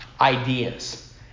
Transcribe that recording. ideas